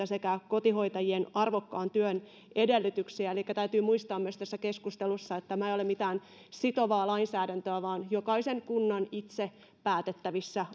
sekä kotihoitajien arvokkaan työn edellytyksiä elikkä täytyy muistaa tässä keskustelussa myös se että tämä ei ole mitään sitovaa lainsäädäntöä vaan jokaisen kunnan itse päätettävissä